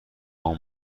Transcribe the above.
اون